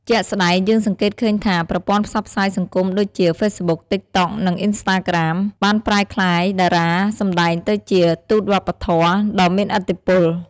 ជាក់ស្ដែងយើងសង្កេតឃើញថា ប្រព័ន្ធផ្សព្វផ្សាយសង្គមដូចជា ហ្វេសប៊ុក តិកតុក និង អុីនស្តាក្រាម បានប្រែក្លាយតារាសម្ដែងទៅជា "ទូតវប្បធម៌" ដ៏មានឥទ្ធិពល។